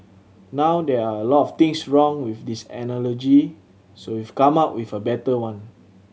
now there are a lot of things wrong with this analogy so we've come up with a better one